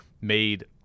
made—